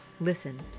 Listen